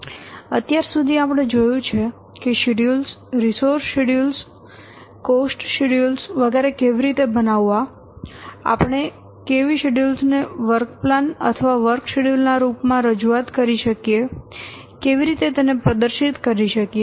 અત્યાર સુધી આપણે જોયું છે કે schedules resource schedules cost schedules વગેરે કેવી રીતે બનાવવા આપણે કેવી શેડ્યુલ્સ ને વર્ક પ્લાન અથવા વર્ક શેડ્યુલ ના રૂપ માં રજૂઆત કરી શકીએ કેવી રીતે તેને પ્રદર્શિત કરી શકીએ